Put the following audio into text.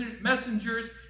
messengers